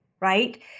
right